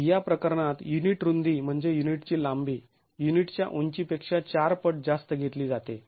या प्रकरणात युनिट रुंदी म्हणजे युनिटची लांबी युनिटच्या उंचीपेक्षा चार पट जास्त घेतली जाते